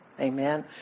Amen